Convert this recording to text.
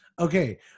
okay